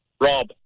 Rob